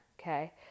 okay